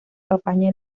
campaña